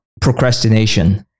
procrastination